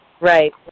Right